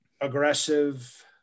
aggressive